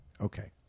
okay